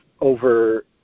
over